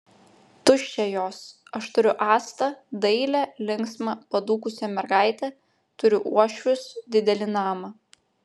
tuščia jos aš turiu astą dailią linksmą padūkusią mergaitę turiu uošvius didelį namą